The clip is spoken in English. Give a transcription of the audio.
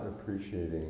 appreciating